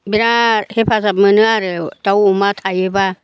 बिराथ हेफाजाब मोनो आरो दाव अमा थायोबा